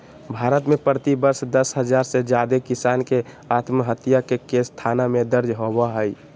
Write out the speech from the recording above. भारत में प्रति वर्ष दस हजार से जादे किसान के आत्महत्या के केस थाना में दर्ज होबो हई